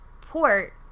port